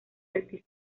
artística